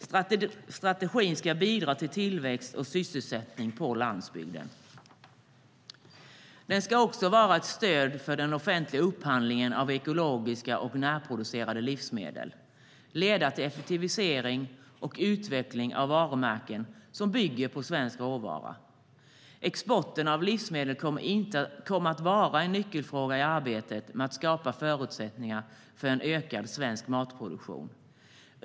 Strategin ska bidra till tillväxt och sysselsättning på landsbygden. Den ska också vara ett stöd för den offentliga upphandlingen av ekologiska och närproducerade livsmedel och leda till effektivisering och utveckling av varumärken som bygger på svensk råvara. Exporten av livsmedel kommer att vara en nyckelfråga i arbetet med att skapa förutsättningar för en ökad svensk matproduktion.